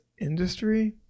industry